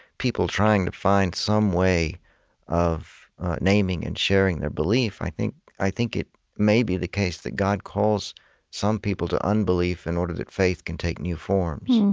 people trying to find some way of naming and sharing their belief i think i think it may be the case that god calls some people to unbelief in order that faith can take new forms